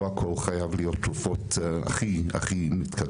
לא הכול חייב להיות תרופות הכי מתקדמות.